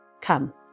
Come